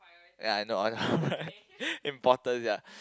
ya in no order of importance ya